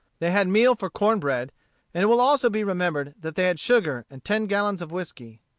they had meal for corn bread and it will also be remembered that they had sugar, and ten gallons of whiskey.